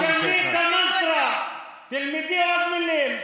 תשני את המנטרה, תלמדי עוד מילים.